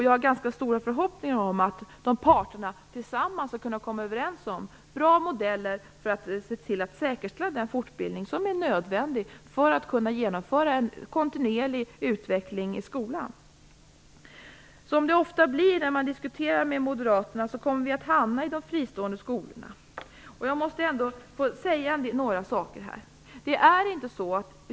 Jag har ganska stora förhoppningar om att parterna tillsammans skall kunna komma överens om bra modeller för att se till att säkerställa den fortbildning som är nödvändig för att man skall kunna genomföra en kontinuerlig utveckling i skolan. Som så ofta när man diskuterar med moderater har vi nu kommit att tala om de fristående skolorna. Jag vill då säga ett par saker.